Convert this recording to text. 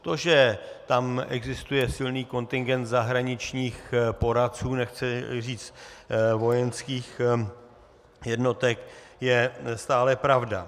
To, že tam existuje silný kontingent zahraničních poradců, nechci říct vojenských jednotek, je stále pravda.